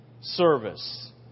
service